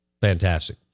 fantastic